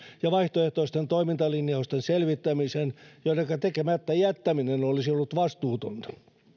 ja vaihtoehtoisten toimintalinjausten selvittämisen joidenka tekemättä jättäminen olisi ollut vastuutonta